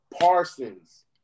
Parsons